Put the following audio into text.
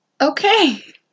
Okay